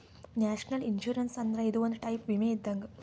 national insurance ಅಂದ್ರ ಇದು ಒಂದ್ ಟೈಪ್ ವಿಮೆ ಇದ್ದಂಗ್